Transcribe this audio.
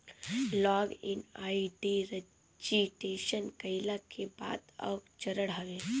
log in ID registration कईला के बाद कअ चरण हवे